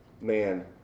man